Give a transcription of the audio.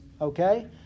Okay